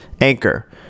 Anchor